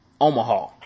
Omaha